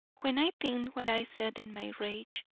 when i think what i said in my rage,